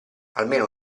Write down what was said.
almeno